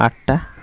আটটা